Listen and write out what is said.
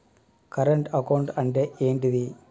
Current account అంటే ఏంటిది?